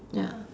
ya